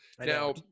Now